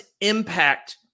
impact